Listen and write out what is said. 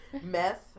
Meth